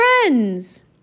friends